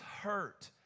hurt